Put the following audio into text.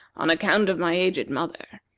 on account of my aged mother.